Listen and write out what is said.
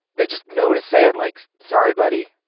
they just know to say it like, sorry, buddy,